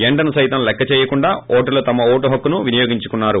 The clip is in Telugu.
ఎండ ను సైతం లెక్క చేయకుండా ఓటర్లు తమ ఓటు హక్కు వినియోగించుకున్నారు